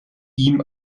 ihm